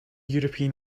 european